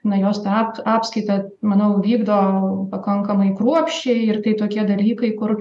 na jos tą ap apskaitą manau vykdo pakankamai kruopščiai ir tai tokie dalykai kur